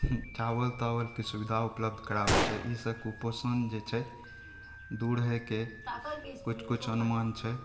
चावल तावलके सुविधा उपलब्ध कराबय छै ई से कुपोषण जे छै दूर होइके किछु किछु अनुमान छै